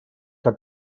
que